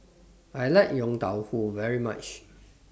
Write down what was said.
I like Yong Tau Foo very much